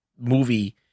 movie